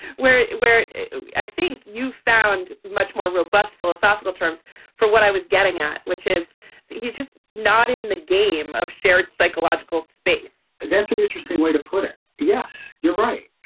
where where i think you found much more robust philosophical terms for what i was getting at, which is that he's just not in the game of shared psychological space that's an interesting way to put it. yes, you're right.